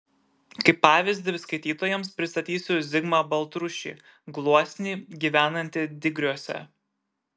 kaip pavyzdį skaitytojams pristatysiu zigmą baltrušį gluosnį gyvenantį digriuose